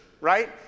right